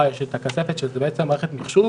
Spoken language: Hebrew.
יש את הכספת שזה בעצם מערכת מחשוב,